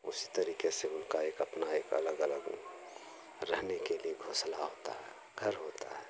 उस तरीके से उसका एक अपना एक अलग अलग रहने के लिए घोंसला होता है घर होता है